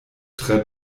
tre